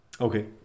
Okay